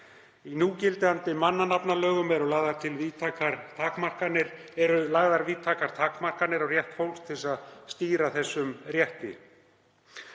Í núgildandi mannanafnalögum eru lagðar víðtækar takmarkanir á rétt fólks til að stýra þessum rétti,